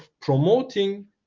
promoting